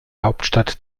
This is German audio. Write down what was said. hauptstadt